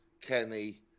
Kenny